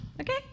Okay